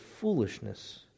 foolishness